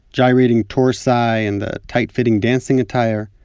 gyrating torsi, and the tight-fitting dancing attire,